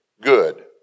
good